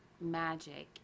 magic